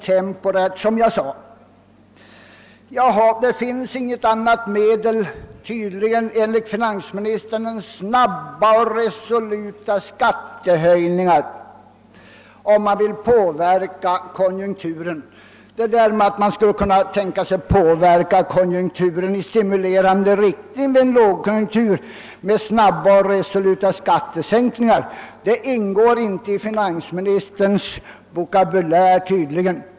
Det finns tydligen enligt finansministern inget annat medel än snabba och resoluta skattehöjningar om man vill påverka konjunkturen. Att man skulle kunna tänka sig att påverka denna i stimulerande riktning vid en lågkonjunktur genom snabba och resoluta skattesänkningar ingår uppenbarligen inte i finansministerns föreställningsvärld.